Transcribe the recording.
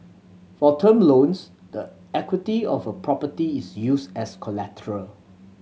for term loans the equity of a property is used as collateral